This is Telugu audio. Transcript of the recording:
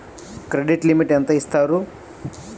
క్రెడిట్ లిమిట్ ఎంత ఇస్తారు?